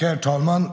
Herr talman!